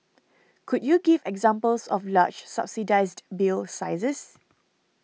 could you give examples of large subsidised bill sizes